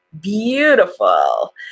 beautiful